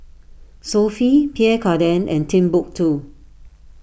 Sofy Pierre Cardin and Timbuk two